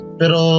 pero